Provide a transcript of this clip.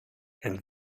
and